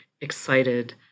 excited